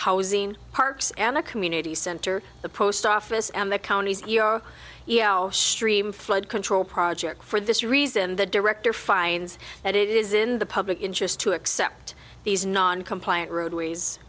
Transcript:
housing parks and the community center the post office and the county's your stream flood control project for this reason the director finds that it is in the public interest to accept these non compliant roadways